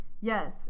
Yes